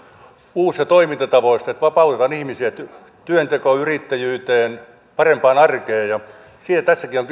uusista toimintatavoista että vapautetaan ihmisiä työntekoon yrittäjyyteen parempaan arkeen ja siitä tässäkin on